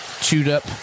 chewed-up